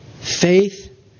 faith